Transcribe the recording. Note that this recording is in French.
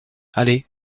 allez